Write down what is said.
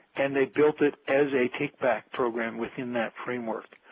and they built it as a take-back program within that framework.